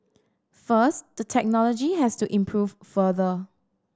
first the technology has to improve further